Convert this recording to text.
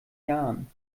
jahren